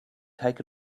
take